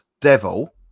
devil